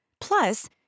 Plus